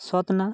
ᱥᱳᱫᱷᱱᱟ